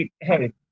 Hey